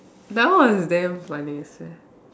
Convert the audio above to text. that one was damn funniest eh